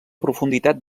profunditat